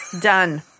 Done